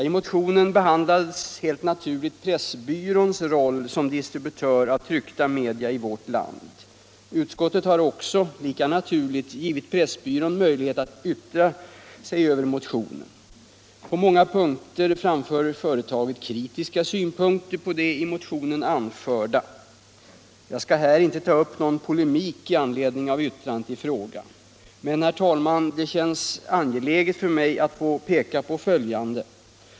I motionen behandlades helt naturligt Pressbyråns roll som distributör av tryckta media i vårt land. Utskottet har också — lika naturligt — givit Pressbyrån möjlighet till yttrande över motionen. På många punkter fram för företaget kritiska synpunkter på det i motionen anförda. Jag skall här inte ta upp någon polemik i anledning av yttrandet i fråga. Men, herr talman, det känns angeläget för mig att påpeka följande.